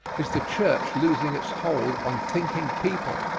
is the church losing its hold on thinking people?